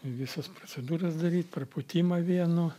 visas procedūras daryt prapūtimą vienu